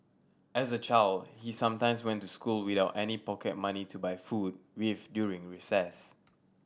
as a child he sometimes went to school without any pocket money to buy food with during recess